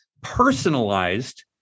personalized